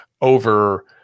over